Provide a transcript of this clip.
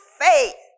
faith